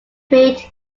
played